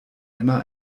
immer